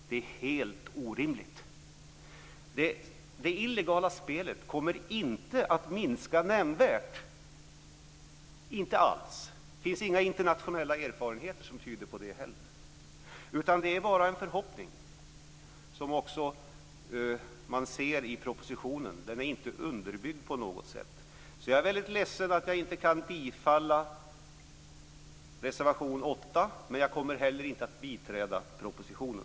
Det är helt orimligt. Det illegala spelet kommer inte att minska nämnvärt. Det finns inga internationella erfarenheter som tyder på det. Det är bara en förhoppning, som också framgår av propositionen. Den har inte någon underbyggnad. Jag är ledsen att jag inte kan yrka bifall till reservation 8, men jag kommer inte heller att biträda propositionen.